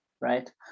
right